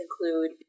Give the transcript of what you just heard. include